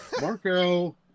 Marco